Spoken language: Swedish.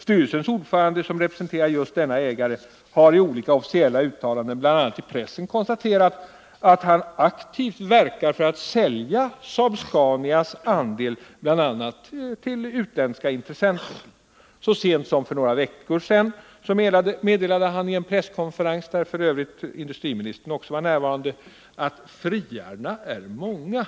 Styrelsens ordförande, som representerar just denna ägare, har i olika officiella uttalanden, bl.a. i Nr 168 pressen, konstaterat att han aktivt verkar för att sälja Saab-Scanias andel, Tisdagen den bl.a. till utländska intressenter. Så sent som för några veckor sedan 10 juni 1980 meddelade han i en presskonferens, där även industriministern var = närvarande, att ”friarna äro många”.